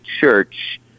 church